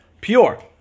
pure